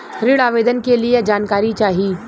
ऋण आवेदन के लिए जानकारी चाही?